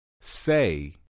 Say